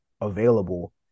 available